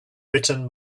written